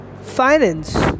Finance